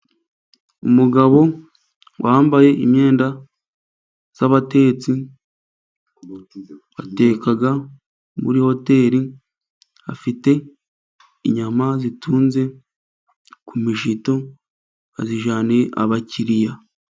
Umugabo wambaye imyenda y'abatetsi, ateka muri hoteri afite inyama zitunze ku mishito azijyaniye abakiriya.